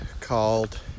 called